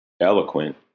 eloquent